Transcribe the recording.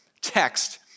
text